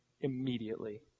immediately